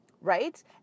right